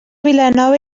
vilanova